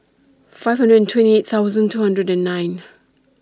five hundred and twenty eight thousand two hundred and nine